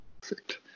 perfect